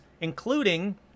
including